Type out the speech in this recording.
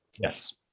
Yes